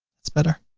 that's better.